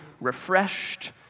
refreshed